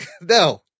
No